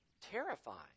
terrifying